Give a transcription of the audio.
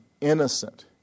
innocent